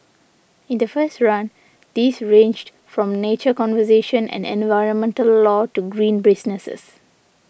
in the first run these ranged from nature conservation and environmental law to green businesses